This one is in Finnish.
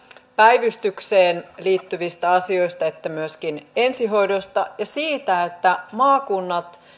päivystykseen liittyvistä asioista että myöskin ensihoidosta ja siitä että maakunnat